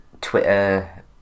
Twitter